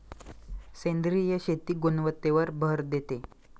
सेंद्रिय शेती गुणवत्तेवर भर देते